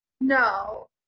No